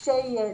כשיהיה,